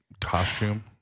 costume